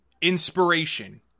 Inspiration